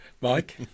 Mike